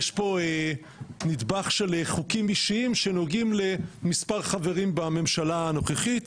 יש פה נדבך של חוקים אישיים שנוגעים למספר חברים בממשלה הנוכחית,